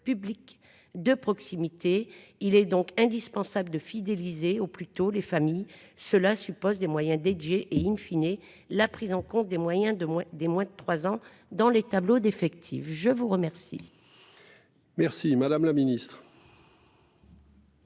publique de proximité. Il est donc indispensable de fidéliser au plus tôt les familles cela suppose des moyens dédiés, et in fine et la prise en compte des moyens de moins des moins de 3 ans dans les tableaux d'effectifs je vous remercie. Merci madame la ministre.